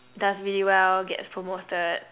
does really well gets promoted